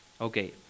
okay